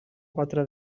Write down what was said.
quatre